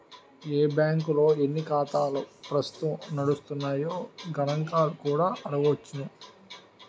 ఏ బాంకుల్లో ఎన్ని ఖాతాలు ప్రస్తుతం నడుస్తున్నాయో గణంకాలు కూడా అడగొచ్చును